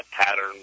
pattern